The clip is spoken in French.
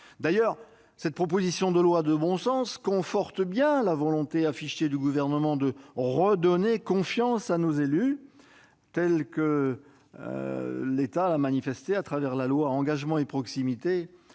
D'ailleurs, cette proposition de loi de bon sens conforte la volonté affichée du Gouvernement de redonner confiance à nos élus, comme il l'a manifesté au travers de la loi Engagement et proximité